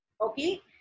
Okay